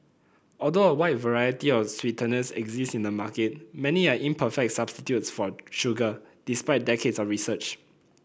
although a wide variety of sweeteners exist in the market many are imperfect substitutes for sugar despite decades of research